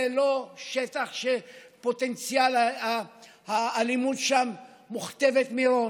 זה לא שטח שפוטנציאל האלימות שם מוכתב מראש.